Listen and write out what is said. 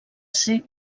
ser